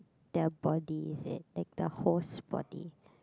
their bodies eh like the host body